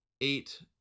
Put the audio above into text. eight